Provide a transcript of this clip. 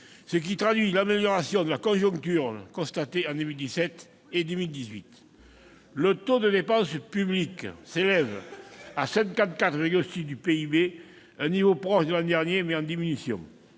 ce qui traduit l'amélioration de la conjoncture constatée en 2017 et 2018. Le taux de dépense publique s'élève à 54,6 % du PIB, niveau proche de l'an dernier, mais en diminution.